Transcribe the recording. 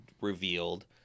revealed